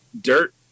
Dirt